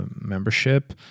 membership